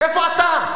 איפה אתה?